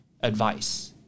advice